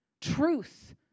Truth